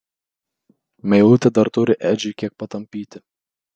meilutė dar turi edžiui kiek patampyti